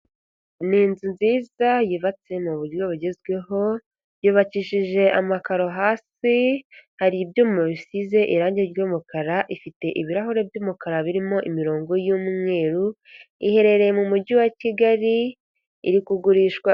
Ni inzu nziza yubatse mu buryo bugezweho, yubakishije amakaro hasi, hari ibyuma bisize irangi ry'umukara, ifite ibirahuri by'umukara birimo imirongo y'umweru, iherereye mu mujyi wa Kigali, iri kugurishwa...